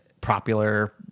popular